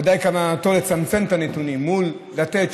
בוודאי כוונתו לצמצם את הנתונים מול לתת,